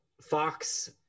fox